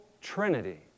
Trinity